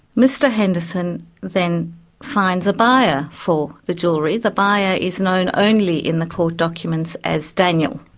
mr henderson then finds a buyer for the jewellery. the buyer is known only in the court documents as daniel.